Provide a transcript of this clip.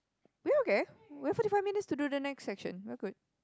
we're okay we have forty five minutes to do the next section we're good